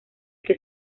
que